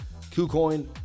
Kucoin